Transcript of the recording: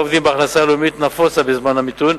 העובדים בהכנסה הלאומית נפוצה בזמן המיתון,